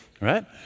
right